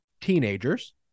teenagers